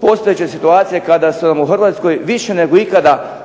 postojeće situacije kada su u Hrvatskoj više nego ikada